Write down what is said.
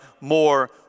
more